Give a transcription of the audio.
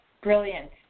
brilliant